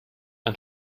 ein